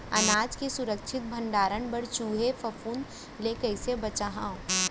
अनाज के सुरक्षित भण्डारण बर चूहे, फफूंद ले कैसे बचाहा?